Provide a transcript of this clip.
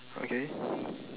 okay